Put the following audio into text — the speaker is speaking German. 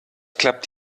klappt